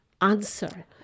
answer